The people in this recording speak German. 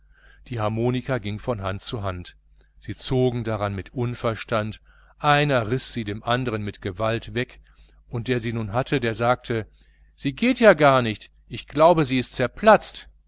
die harmonika ging von hand zu hand sie zogen daran mit unverstand einer riß sie dem andern mit gewalt weg und der sie nun hatte der sagte sie geht ja gar nicht ich glaube sie ist zerplatzt